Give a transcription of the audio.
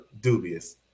dubious